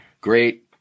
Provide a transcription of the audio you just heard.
great